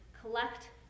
collect